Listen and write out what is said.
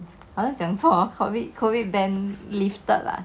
好像讲错哦 COVID COVID ban lifted lah